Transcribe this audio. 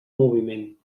moviment